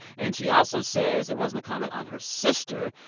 and she also says it wasn't a comment on her sister.